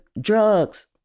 drugs